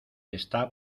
está